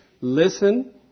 listen